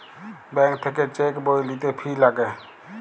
bank থাক্যে cheque বই লিতে ফি লাগে